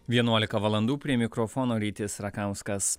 vienuolika valandų prie mikrofono rytis rakauskas